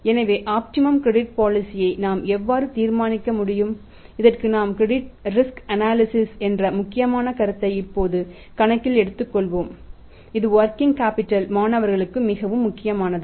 எனவே optimum credit policy மாணவர்களுக்கு மிகவும் முக்கியமானது